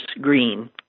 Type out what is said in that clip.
Green